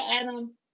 Adam